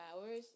hours